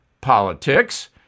politics